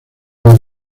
nueve